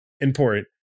Important